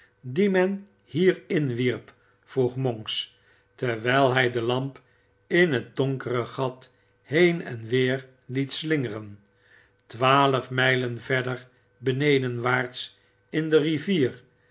dien men hier inwierp vroeg monks terwijl hij de lamp in het donkere gat heen en weer liet slingeren twaalf mijlen verder benedenwaarts in de rivier